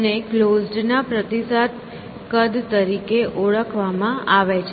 તેને ક્લોઝડ ના પ્રતિસાદ કદ તરીકે ઓળખવામાં આવે છે